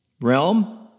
realm